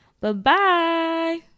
Bye-bye